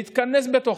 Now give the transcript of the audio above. להתכנס בתוכו.